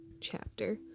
chapter